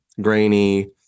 grainy